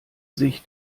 sich